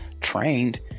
trained